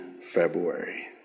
February